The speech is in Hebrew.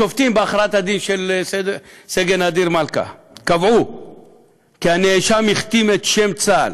השופטים קבעו בהכרעת הדין של סגן אדיר מלכה כי הנאשם הכתים את שם צה"ל